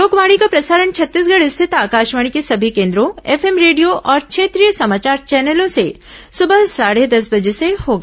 लोकवाणी का प्रसारण छत्तीसगढ़ स्थित आकाशवाणी के सभी केन्द्रों एफएम रेडियो और क्षेत्रीय समाचार चैनलों से सुबह साढ़े दस बजे से होगा